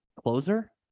closer